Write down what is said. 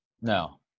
No